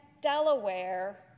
Delaware